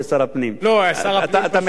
אתה מחייך,